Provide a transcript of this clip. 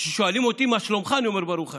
כששואלים אותי: מה שלומך, אני עונה: ברוך השם,